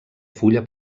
fulla